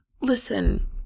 Listen